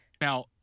Now